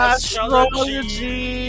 Astrology